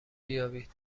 بیابید